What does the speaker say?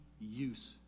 use